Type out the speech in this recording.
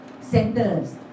centers